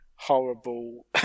horrible